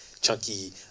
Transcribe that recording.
chunky